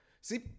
see